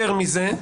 יותר מזה,